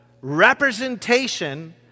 representation